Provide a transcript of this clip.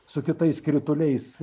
su kitais krituliais